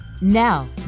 Now